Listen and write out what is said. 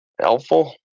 helpful